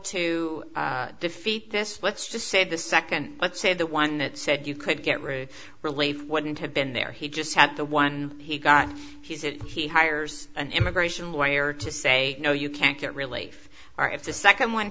to defeat this let's just say the second let's say the one that said you could get rid relief wouldn't have been there he just had the one he got he said he hires an immigration lawyer to say no you can't get relief or if the second one